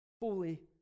Fully